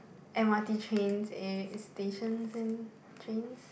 M_R_T trains eh stations and trains